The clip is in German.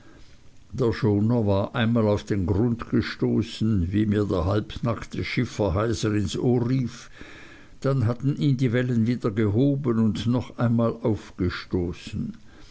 der schoner war einmal auf den grund gestoßen wie mir der halbnackte schiffer heiser ins ohr rief dann hatten ihn die wellen wieder gehoben und noch einmal aufgestoßen